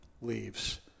leaves